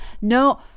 No